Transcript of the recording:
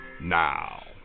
now